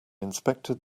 inspected